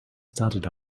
started